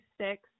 six